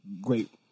great